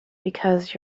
because